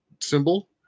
symbol